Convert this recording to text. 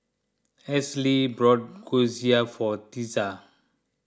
Ainsley brought Gyoza for Tessa